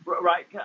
right